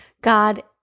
God